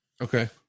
Okay